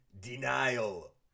denial